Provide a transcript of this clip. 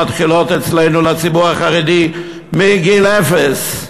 שמתחילות אצלנו בציבור החרדי מגיל אפס,